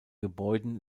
gebäuden